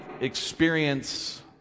experience